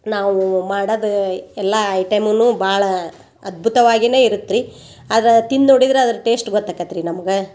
ನಾವು ಮಾಡದು ಎಲ್ಲಾ ಐಟೆಮುನೂ ಭಾಳ ಅದ್ಭುತವಾಗಿನೇ ಇರುತ್ತೆ ರೀ ಆದ್ರೆ ತಿಂದು ನೋಡಿದ್ರೆ ಅದ್ರ ಟೇಶ್ಟ್ ಗೊತ್ತಾಕತ್ರಿ ನಮ್ಗೆ